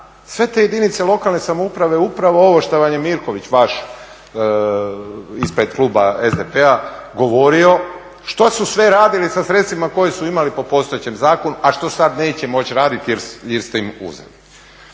Sve te jedinice lokalne samouprave upravo ovo što vam je Mirković vaš ispred kluba SDP-a govorio što su sve radili sa sredstvima koje su imali po postojećem zakonu, a što sad neće moći raditi jer ste im uzeli.